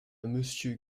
monsieur